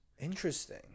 Interesting